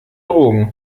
drogen